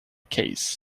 case